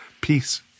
peace